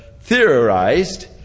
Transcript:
theorized